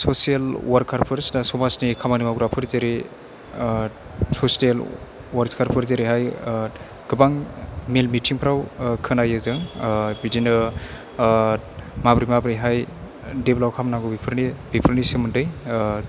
social वारखारफोर समाजनि खामानि मावग्राफोर जेरै ससिडेल वारखारफोर जेरैहाय गोबां मेल मिथिंफोराव खोनायो जों बिदिनो माबोरै माबोरैहाय देब्लाप खालामनांगौ बेफोरनि बेफोरनि सोमोन्दै